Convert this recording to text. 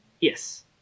Yes